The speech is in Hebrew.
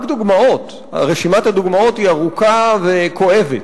רק דוגמאות, רשימת הדוגמאות היא ארוכה וכואבת.